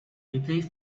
replace